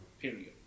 Period